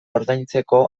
ordaintzeko